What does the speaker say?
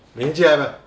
明天去 ah 要不要